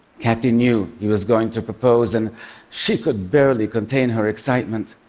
kathy knew he was going to propose, and she could barely contain her excitement.